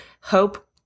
hope